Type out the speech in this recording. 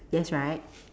yes right